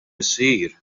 isir